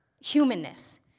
humanness